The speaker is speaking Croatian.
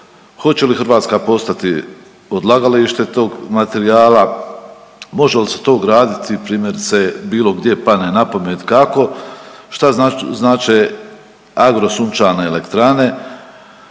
Hoće li Hrvatska postati odlagalište tog materijala? Može li se to ugraditi primjerice bilo gdje padne na pamet? Kako? Što znače agrosunčane elektrane?